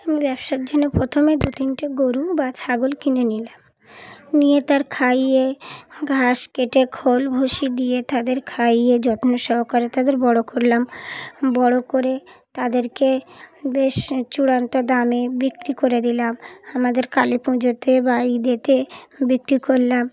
আমি ব্যবসার জন্যে প্রথমে দু তিনটে গরু বা ছাগল কিনে নিলাম নিয়ে তার খাইয়ে ঘাস কেটে খোল ভুসি দিয়ে তাদের খাইয়ে যত্ন সহকারে তাদের বড় করলাম বড় করে তাদেরকে বেশ চূড়ান্ত দামে বিক্রি করে দিলাম আমাদের কালী পুজোতে বা ঈদেতে বিক্রি করলাম